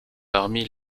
parmi